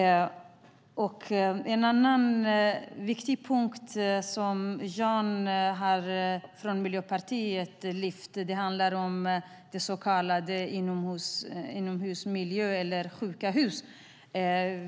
En annan viktig punkt som Jan Lindholm från Miljöpartiet har lyft upp handlar om inomhusmiljön, eller sjuka hus.